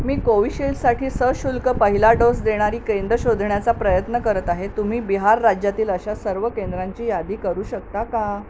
मी कोविशिल्डसाठी सशुल्क पहिला डोस देणारी केंद्र शोधण्याचा प्रयत्न करत आहे तुम्ही बिहार राज्यातील अशा सर्व केंद्रांची यादी करू शकता का